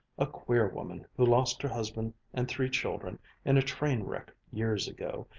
a queer woman who lost her husband and three children in a train-wreck years ago,